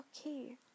okay